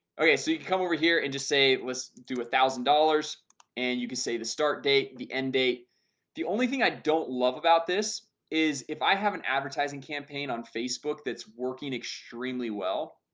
okay so you can come over here and just say let's do a thousand dollars and you can say the start date the end date the only thing i don't love about this is if i have an advertising campaign on facebook that's working extremely. well,